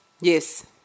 Yes